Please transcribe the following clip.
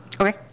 Okay